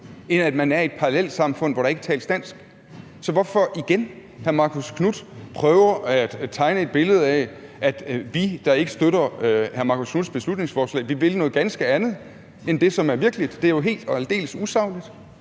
end at man er i et parallelsamfund, hvor der ikke tales dansk. Så igen prøver hr. Marcus Knuth at tegne et billede af, at vi, der ikke støtter hr. Marcus Knuths beslutningsforslag, vil noget ganske andet end det, som er virkeligt. Det er jo helt og aldeles usagligt.